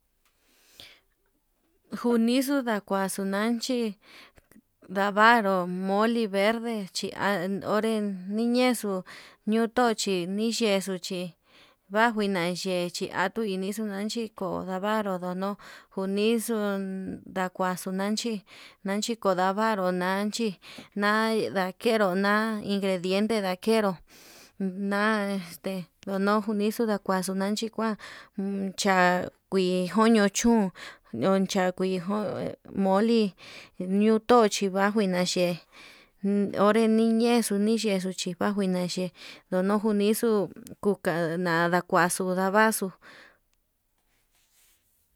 Njunixu ndakuaxu nanchi ndavaru moli verde chi, chin an onré noñexu notoxo chi niyexu chí vanjuina yexii akui nixuu tundanchiko ndavaru ndo'o, no unixo ndakuaxu nanchí nanchi kondavaru nanchi nai ndakero nai ingrediente nakero, a'a este nduno nixo ndakuaxo nanchi kua, cha'a kuii joño chún yoncha kui jó moli ñuotu xhi huajuina ye'e onre niñexu niyexu chí huajui neye'e ndono junixu kuka ndanakuaxu kudavaxu.